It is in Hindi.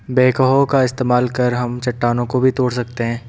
बैकहो का इस्तेमाल कर हम चट्टानों को भी तोड़ सकते हैं